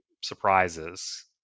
surprises